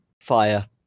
fire